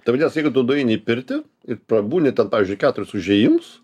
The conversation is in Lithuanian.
ta prasme nes jeigu tu nueini į pirtį ir prabūni ten pavyzdžiui keturis užėjimus